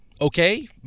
okay